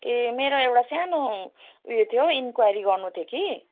ए मेरो एउटा सानो ऊ यो थियो हौ इन्क्वाइरी गर्नु थियो कि